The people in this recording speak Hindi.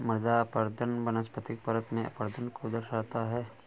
मृदा अपरदन वनस्पतिक परत में अपरदन को दर्शाता है